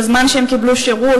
למשך הזמן שבו קיבלו שירות.